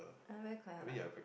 I'm very quiet what